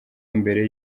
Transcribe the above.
mbere